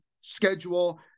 schedule